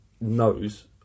knows